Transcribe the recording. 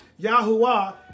Yahuwah